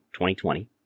2020